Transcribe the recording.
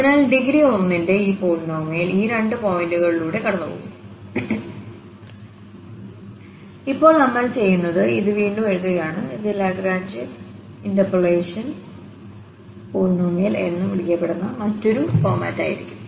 അതിനാൽ ഡിഗ്രി 1 ന്റെ ഈ പോളിനോമിയൽ ഈ രണ്ട് പോയിന്റുകളിലൂടെ കടന്നുപോകുന്നു ഇപ്പോൾ നമ്മൾ ചെയ്യുന്നത് ഇത് വീണ്ടും എഴുതുകയാണ് അത് ലാഗ്രാഞ്ച് ഇന്റർപോളേറ്റിംഗ് പോളിനോമിയൽ എന്ന് വിളിക്കപ്പെടുന്ന മറ്റൊരു ഫോർമാറ്റായിരിക്കും